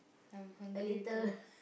I'm hungry too